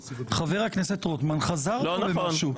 חבר הכנסת רוטמן חזר בו ממשהו.